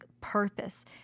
purpose